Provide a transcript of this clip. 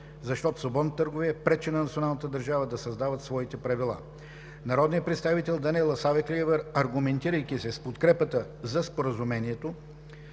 Защото свободната търговия пречи на националните държави да създават свои правила. Народният представител Даниела Савеклиева, аргументирайки се с подкрепата за Споразумението